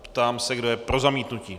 Ptám se, kdo je pro zamítnutí.